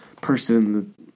person